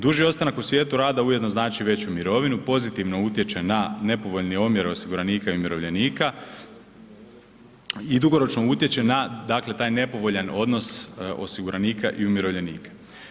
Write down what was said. Duži ostanak u svijetu rada ujedno znači i veću mirovinu, pozitivno utječe na nepovoljni omjer osiguranika i umirovljenika i dugoročno utječe na, dakle taj nepovoljan odnos osiguranika i umirovljenika.